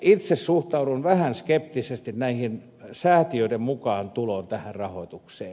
itse suhtaudun vähän skeptisesti säätiöiden mukaantuloon tähän rahoitukseen